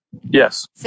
Yes